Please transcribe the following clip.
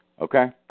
Okay